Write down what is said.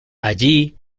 allí